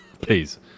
Please